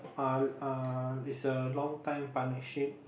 uh uh is a long time partnership